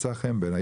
מצא חן בעיניי.